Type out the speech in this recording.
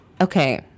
okay